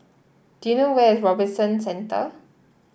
do you know where is Robinson Centre